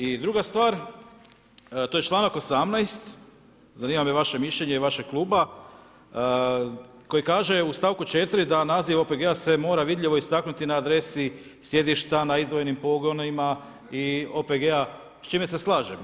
I druga stvar, to je članak 18. zanima me vaše mišljenje i vašeg kluba, koji kaže u stavku 4. da naziv OPG-a se mora vidljivo istaknuti na adresi sjedišta, na izdvojenim pogonima OPG-a s čime se slažem.